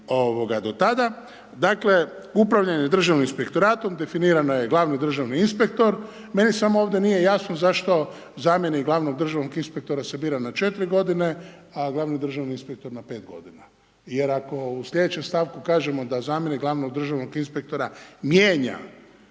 raditi do tada. Dakle upravljanje Državnim inspektoratom definirano je glavni državni inspektor, meni samo ovdje nije jasno zašto zamjenik glavnog državnog inspektora se bira na 4 g. a glavni državni inspektor na 5 g. jer ako u slijedećem stavku kažemo da zamjenik glavnog državnog inspektora mijenja